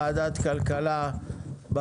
אנחנו פותחים את ועדת הכלכלה בפגרה,